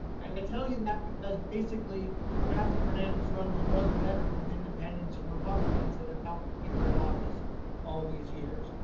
and i tell you that because basically katherine fernandez rundle does better with independents and republicans that have helped keep her in office off these years.